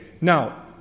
now